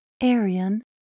Arian